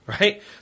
right